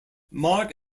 mark